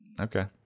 okay